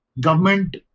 government